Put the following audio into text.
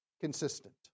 consistent